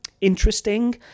interesting